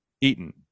Eaton